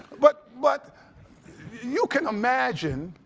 but but you can imagine,